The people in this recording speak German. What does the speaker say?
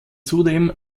zudem